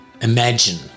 imagine